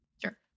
Sure